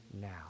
now